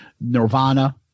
Nirvana